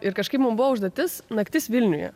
ir kažkaip mum buvo užduotis naktis vilniuje